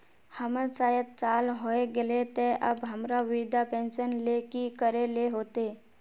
हमर सायट साल होय गले ते अब हमरा वृद्धा पेंशन ले की करे ले होते?